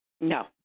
No